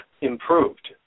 improved